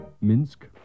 Minsk